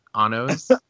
anos